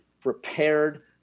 prepared